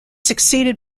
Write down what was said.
succeeded